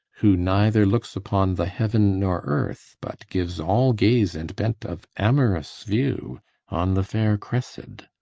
who neither looks upon the heaven nor earth, but gives all gaze and bent of amorous view on the fair cressid.